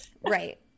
Right